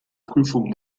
prüfung